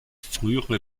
frühere